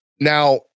now